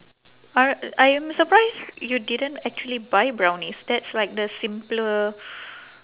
I I am surprised you didn't actually buy brownies that's like the simpler